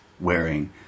wearing